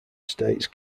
states